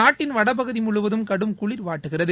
நாட்டின் வடபகுதி முழுவதும் கடும் குளிர் வாட்டுகிறது